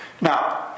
now